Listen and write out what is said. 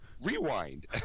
rewind